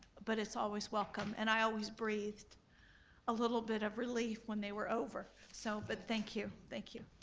but it's always welcome, and i always breathed a little bit of relief when they were over. so, but thank you, thank you.